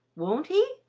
won't he?